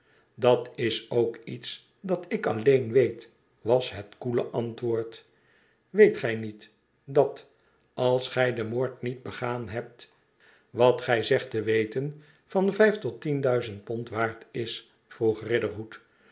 dat is ook iets dat ik alleen weet was het koele antwoord weet gij niet dat als gij den moord niet begaan hebt wat gij zegt te weten van vijf tot tien duizend pond waard is vroeg